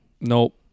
nope